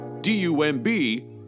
d-u-m-b